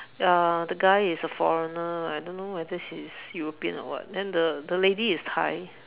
uh the guy is a foreigner I don't now whether he's European or what then the the lady is Thai